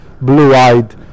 blue-eyed